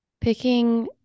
picking